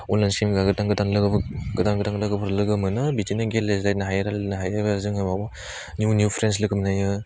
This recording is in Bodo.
अनलाइन गोदान गोदान लोगोफोर गोदान गोदान लोगोफोर लोगो मोनो बिदिनो गेलेलायनो हायो रायलाइलायनो हायो जोङो बाव निउफ्रेन्स लोगो मोनो जोङो